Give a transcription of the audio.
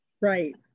Right